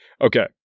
okay